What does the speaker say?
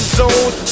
zone